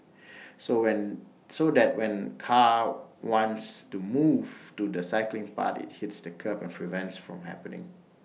so when so that when car wants to move to the cycling path IT hits the kerb and prevents from happening